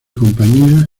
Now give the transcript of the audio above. compañía